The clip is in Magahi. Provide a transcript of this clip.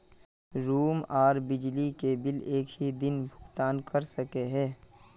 रूम आर बिजली के बिल एक हि दिन भुगतान कर सके है?